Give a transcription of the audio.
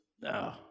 No